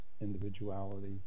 individuality